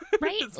Right